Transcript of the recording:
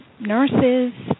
nurses